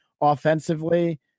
Offensively